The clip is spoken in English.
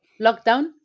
lockdown